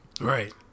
right